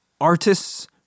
artists